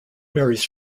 marries